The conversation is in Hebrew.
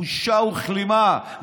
בושה וכלימה.